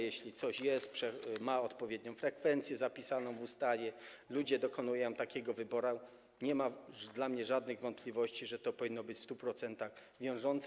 Jeśli coś jest, ma odpowiednią frekwencję zapisaną w ustawie, ludzie dokonują takiego wyboru, to nie ma dla mnie żadnej wątpliwości, że to powinno być w 100% wiążące.